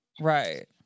Right